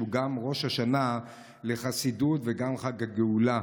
שהוא גם ראש השנה לחסידות וגם חג הגאולה